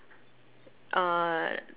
uh